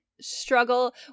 struggle